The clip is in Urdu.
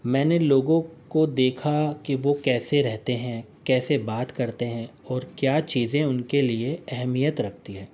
میں نے لوگوں کو دیکھا کہ وہ کیسے رہتے ہیں کیسے بات کرتے ہیں اور کیا چیزیں ان کے لیے اہمیت رکھتی ہے